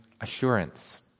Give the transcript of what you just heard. assurance